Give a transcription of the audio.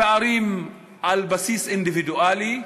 הפערים על בסיס אינדיבידואלי,